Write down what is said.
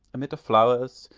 amid the flowers,